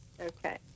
Okay